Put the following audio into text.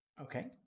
Okay